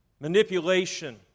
manipulation